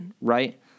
Right